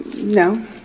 no